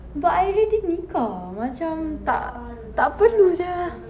but I already nikah macam tak tak perlu sia